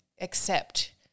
accept